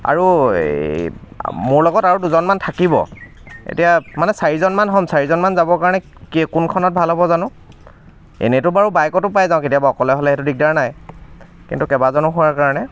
আৰু এই মোৰ লগত আৰু দুজন মান থাকিব এতিয়া মানে চাৰিজন মান হ'ম চাৰিজন মান যাব কাৰণে কি কোনখনত ভাল হ'ব জানো এনেইতো বাৰু বাইকতো পাই যাওঁ কেতিয়াবা অকলে হ'লে সেইটো দিগদাৰ নাই কিন্তু কেইবাজনো হোৱাৰ কাৰণে